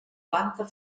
planta